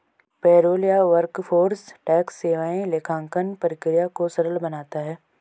payroll या workforce tax सेवाएं लेखांकन प्रक्रिया को सरल बनाता है